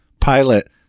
pilot